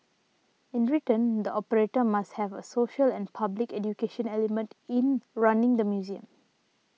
in return the operator must have a social and public education element in running the museum